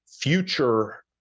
future